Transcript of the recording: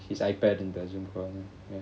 his ipad and doesn't